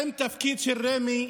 האם התפקיד של רמ"י,